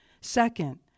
Second